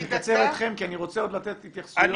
אני מקצר אתכם כי אני רוצה לתת התייחסויות.